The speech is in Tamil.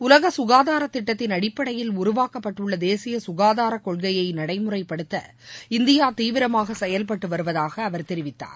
உலக சுகாதார திட்டத்தின் அடிப்படையில் உருவாக்கப்பட்டுள்ள தேசிய சுகாதார கொள்கைய நடைமுறைப்படுத்த இந்தியா தீவிரமாக செயல்பட்டு வருவதாக அவர் தெரிவித்தார்